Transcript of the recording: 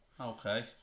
Okay